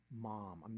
mom